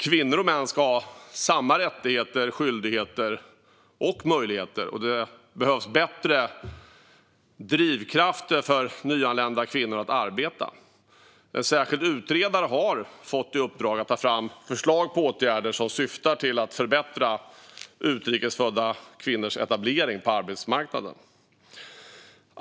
Kvinnor och män ska ha samma rättigheter, skyldigheter och möjligheter, och det behövs bättre drivkrafter för nyanlända kvinnor att arbeta. En särskild utredare har fått i uppdrag att ta fram förslag på åtgärder som syftar till att förbättra utrikes födda kvinnors etablering på arbetsmarknaden .